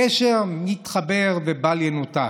הקשר מתחבר ובל ינותק.